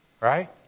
right